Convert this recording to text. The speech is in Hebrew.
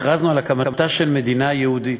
הכרזנו על הקמתה של מדינה יהודית.